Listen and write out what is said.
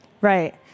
Right